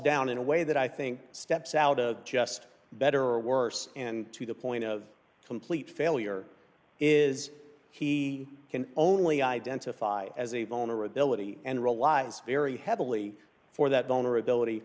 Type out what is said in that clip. down in a way that i think steps out of just better or worse and to the point of complete failure is he can only identify as a vulnerability and relies very heavily for that vulnerability